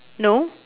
no